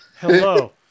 Hello